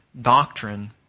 doctrine